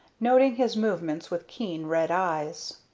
noting his movements with keen, red eyes.